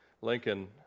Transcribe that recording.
Lincoln